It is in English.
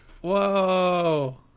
Whoa